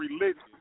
religion